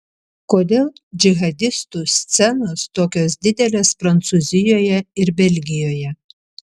kodėl džihadistų scenos tokios didelės prancūzijoje ir belgijoje